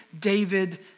David